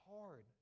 hard